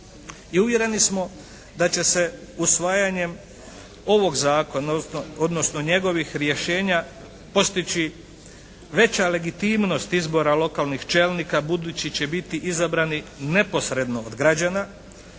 uvjereni smo da će se usvajanjem ovog zakona, odnosno njegovih rješenja postići veća legitimnost izbora lokalnih čelnika budući će biti izabrani neposredno od građana,